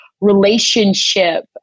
relationship